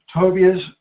Tobias